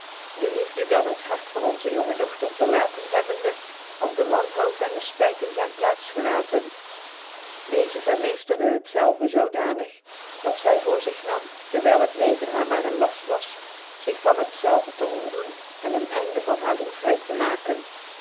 dc liefde dan het hart van onze jonge dochter verlaten hebbende had de wanhoop cn dc fpyt in zyn plaats gelaten dcezc vermeefterde het zelve zoodanig datzy voor zich nam dewyl het leren haar maar een laft was iich van het zelve te ontdoen cn een einde van haar droefheid te maken